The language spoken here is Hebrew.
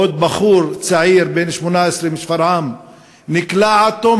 בעוד בחור צעיר בן 18 משפרעם נכלא עד תום